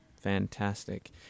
Fantastic